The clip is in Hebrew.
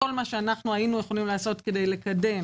כלומר כל מה שהיינו יכולים לעשות כדי לקדם